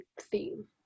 theme